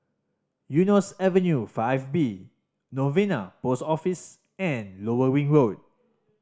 Eunos Avenue Five B Novena Post Office and Lower Ring Road